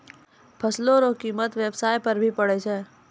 फसल रो कीमत व्याबसाय पर भी पड़ै छै